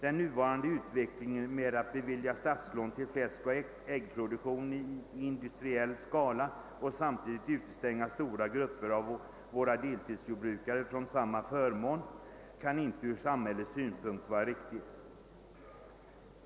Den nuvarande utvecklingen med att bevilja statslån till fläskoch äggproduktion i industriell skala och samtidigt utestänga stora grupper av våra deltidsjordbrukare från samma förmån kan ur samhällssynpunkt inte vara riktig.